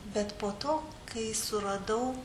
bet po to kai suradau